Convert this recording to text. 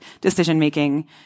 decision-making